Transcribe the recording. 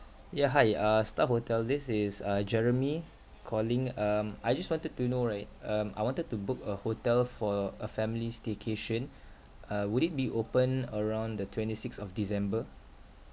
yeah hi uh star hotel this is uh jeremy calling um I just wanted to know right um I wanted to book a hotel for a family staycation uh would it be open around the twenty sixth of december